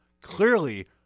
clearly